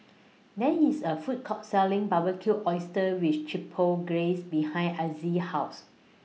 There IS A Food Court Selling Barbecued Oysters with Chipotle Glaze behind Azzie's House